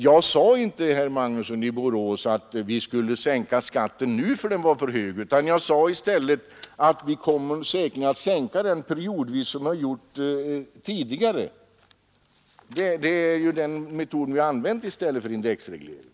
Jag sade inte, herr Magnusson i Borås, att vi skulle sänka skatten nu för att den var för hög, utan jag sade i stället att vi kommer säkerligen att sänka den periodvis som vi har gjort tidigare. Det är den metoden vi har använt i stället för indexreglering.